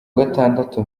gatandatu